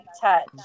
touch